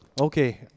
Okay